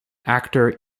actor